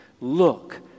Look